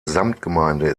samtgemeinde